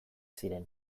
ziren